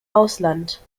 ausland